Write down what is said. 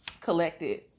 collected